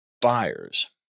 buyers